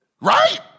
Right